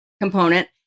component